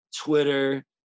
twitter